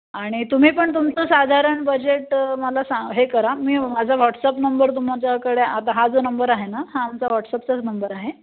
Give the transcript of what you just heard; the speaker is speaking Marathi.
आणि तुम्ही पण तुमचं साधारण बजेट मला सा हे करा मी माझा व्हॉट्सअप नंबर तुमच्याकडे आता हा जो नंबर आहे ना हा आमचा व्हॉट्सअपचाच नंबर आहे